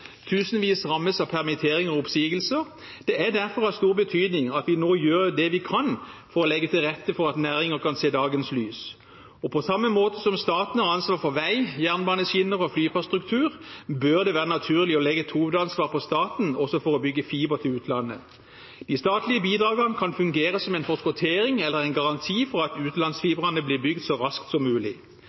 Tusenvis rammes av permitteringer og oppsigelser. Det er derfor av stor betydning at vi nå gjør det vi kan for å legge til rette for at næringer kan se dagens lys. På samme måte som staten har ansvar for vei, jernbaneskinner og flyplasstruktur, bør det være naturlig å legge et hovedansvar på staten også for å bygge fiber til utlandet. De statlige bidragene kan fungere som en forskottering eller en garanti for at utenlandsfibrene blir bygd så raskt som mulig.